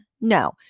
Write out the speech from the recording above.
No